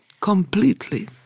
Completely